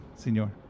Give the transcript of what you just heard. señor